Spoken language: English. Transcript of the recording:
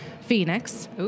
Phoenix